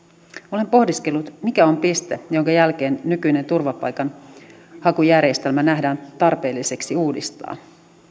olen pohdiskellut mikä on piste jonka jälkeen nykyinen turvapaikanhakujärjestelmä nähdään tarpeelliseksi uudistaa